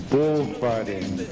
Bullfighting